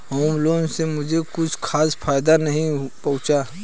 home loan से मुझे कुछ खास फायदा नहीं पहुंचा